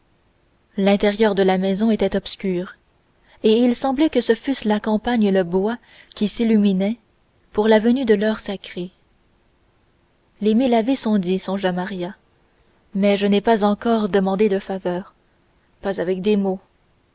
intérieur de la maison était obscur et il semblait que ce fussent la campagne et le bois qui s'illuminaient pour la venue de l'heure sacrée les mille ave sont dits songea maria mais je n'ai pas encore demandé de faveur pas avec des mots